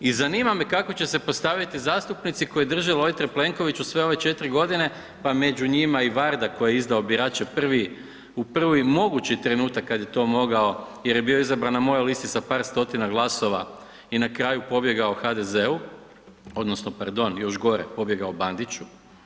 I zanima me kako će se postaviti zastupnici koji drže lojtre Plenkoviću sve ove 4 godine, pa među njima i Varda koji je izdao birače prvi, u prvi mogući trenutak kad je to mogao jer je bio izabran na mojoj listi sa par stotina glasova i na kraju pobjegao HDZ-u odnosno pardon, još gore, pobjegao Bandiću.